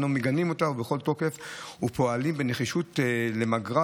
אנו מגנים אותה בכל תוקף ופועלים בנחישות למגרה